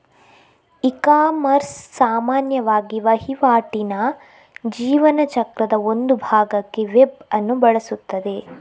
ecommerce ಸಾಮಾನ್ಯವಾಗಿ ವಹಿವಾಟಿನ ಜೀವನ ಚಕ್ರದ ಒಂದು ಭಾಗಕ್ಕೆ ವೆಬ್ ಅನ್ನು ಬಳಸುತ್ತದೆ